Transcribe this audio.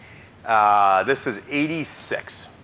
ah this was eighty six.